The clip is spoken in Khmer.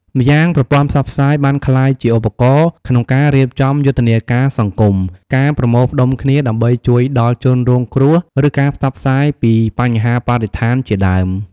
ម្យ៉ាងប្រព័ន្ធផ្សព្វផ្សាយបានក្លាយជាឧបករណ៍ក្នុងការរៀបចំយុទ្ធនាការសង្គមការប្រមូលផ្តុំគ្នាដើម្បីជួយដល់ជនរងគ្រោះឬការផ្សព្វផ្សាយពីបញ្ហាបរិស្ថានជាដើម។